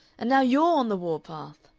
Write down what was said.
and now you're on the war-path.